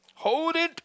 hold it